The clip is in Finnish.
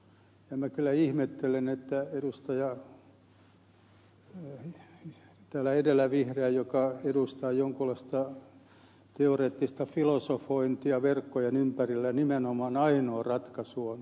ja minä kyllä ihmettelen kun täällä edellä vihreä edustaja joka edustaa jonkunlaista teoreettista filosofointia verkkojen ympärillä esittää että nimenomaan ainoa ratkaisu on poliisilla